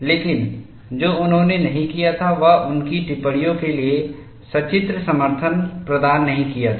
लेकिन जो उन्होंने नहीं किया था वह उनकी टिप्पणियों के लिए सचित्र समर्थन प्रदान नहीं किया था